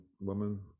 woman